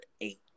eight